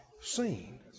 seen